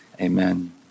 Amen